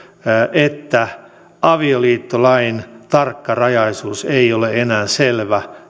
että avioliittolain joka ohjaa kirkkolakia tarkkarajaisuus ei ole enää selvä